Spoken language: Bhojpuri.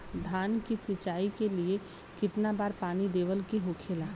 धान की सिंचाई के लिए कितना बार पानी देवल के होखेला?